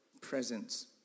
presence